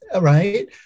right